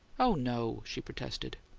oh, no! she protested.